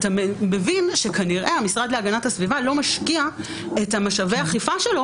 אתה מבין שכנראה המשרד להגנת הסביבה לא משקיע את משאבי האכיפה שלו